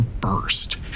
burst